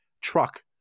truck